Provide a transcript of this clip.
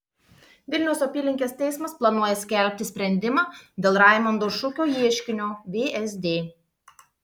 vilniaus apylinkės teismas planuoja skelbti sprendimą dėl raimondo šukio ieškinio vsd